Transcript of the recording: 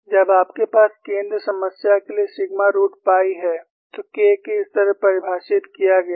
जब आपके पास केंद्र दरार समस्या के लिए सिग्मा रूट पाई है तो K को इस तरह परिभाषित किया गया है